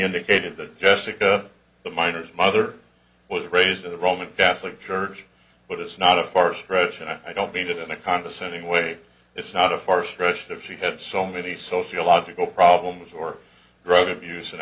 indicated that jessica the minors mother was raised in the roman catholic church but it's not a far stretch and i don't mean that in a condescending way it's not a far stretch if she have so many sociological problems or drug abuse and